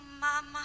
Mama